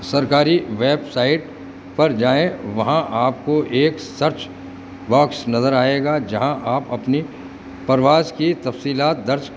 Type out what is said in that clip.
سرکاری website پر جائیں وہاں آپ کو ایک سرچ باکس نظر آئے گا جہاں آپ اپنی پرواز کی تفصیلات درج